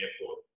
airport